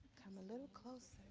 come a little closer.